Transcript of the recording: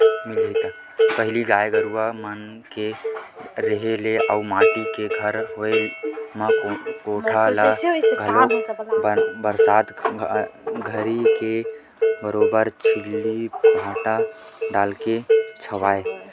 पहिली गाय गरुवा मन के रेहे ले अउ माटी के घर होय म कोठा ल घलोक बरसात घरी के बरोबर छिल्ली फाटा डालके छावय